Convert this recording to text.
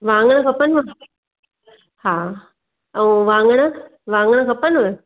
वाङण खपनव हा अऊं वांङण वांङण खपनव